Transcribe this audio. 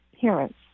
parents